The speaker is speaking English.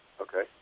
Okay